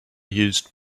used